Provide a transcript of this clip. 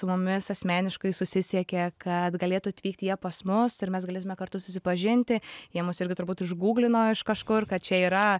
su mumis asmeniškai susisiekė kad galėtų atvykti jie pas mus ir mes galėtume kartu susipažinti jie mus irgi turbūt išguglino iš kažkur kad čia yra